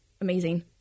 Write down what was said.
amazing